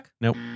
Nope